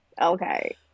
Okay